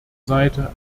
seite